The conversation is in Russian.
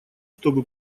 чтобы